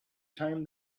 time